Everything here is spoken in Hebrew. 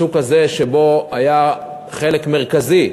השוק הזה, שהיה חלק מרכזי,